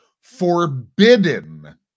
forbidden